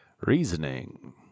Reasoning